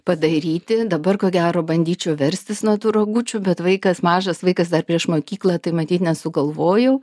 padaryti dabar ko gero bandyčiau verstis nuo tų rogučių bet vaikas mažas vaikas dar prieš mokyklą tai matyt nesugalvojau